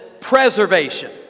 preservation